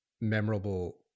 memorable